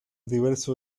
diverso